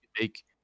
make